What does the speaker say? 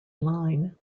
line